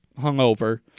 hungover